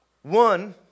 One